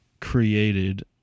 created